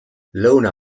lõuna